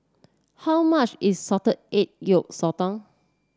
how much is Salted Egg Yolk Sotong